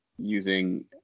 using